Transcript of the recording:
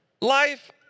Life